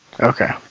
Okay